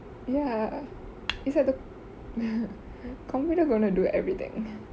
ya it's like the computer gonna do everything